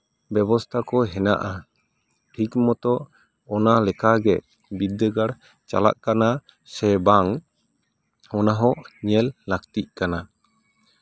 ᱵᱮᱵᱚᱥᱛᱷᱟ ᱠᱚ ᱦᱮᱱᱟᱜᱼᱟ ᱴᱷᱤᱠ ᱢᱚᱛᱚ ᱚᱱᱟ ᱞᱮᱠᱟᱜᱮ ᱵᱤᱫᱽᱫᱟᱹᱜᱟᱲ ᱪᱟᱞᱟᱜ ᱠᱟᱱᱟ ᱥᱮ ᱵᱟᱝ ᱚᱱᱟ ᱦᱚᱸ ᱧᱮᱞ ᱞᱟᱹᱠᱛᱤᱜ ᱠᱟᱱᱟ